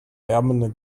lärmende